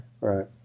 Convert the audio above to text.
Right